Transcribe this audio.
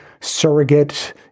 surrogate